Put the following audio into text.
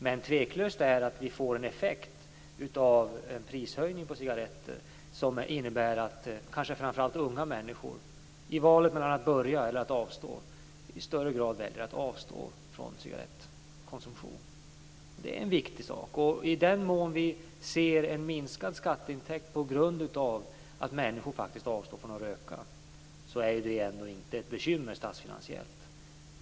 Utan tvivel får vi ändå en effekt av en prishöjning på cigaretter, vilket innebär att kanske framför allt unga människor i valet mellan att börja eller att avstå i högre grad väljer att avstå från cigarettkonsumtion. Det är något viktigt. I den mån vi får en minskad skatteintäkt på grund av att människor faktiskt avstår från att röka är det inte något bekymmer statsfinansiellt.